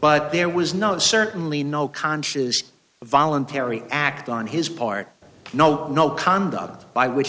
but there was no certainly no conscious voluntary act on his part no no conduct by which